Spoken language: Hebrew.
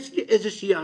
יש לי איזה שהיא הערכה,